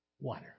water